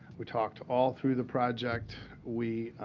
we talked all through the project. we